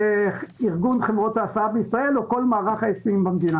ארגון חברות ההסעה בישראל או כל מערך ההיסעים במדינה.